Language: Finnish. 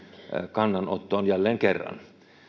kannanottoon jälleen kerran